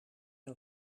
een